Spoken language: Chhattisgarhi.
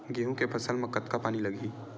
गेहूं के फसल म कतका पानी लगही?